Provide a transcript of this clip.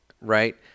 right